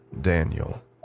Daniel